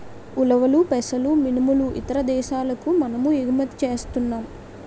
ఉలవలు పెసలు మినుములు ఇతర దేశాలకు మనము ఎగుమతి సేస్తన్నాం